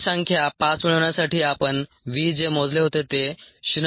ही संख्या 5 मिळविण्यासाठी आपण v जे मोजले होते ते 0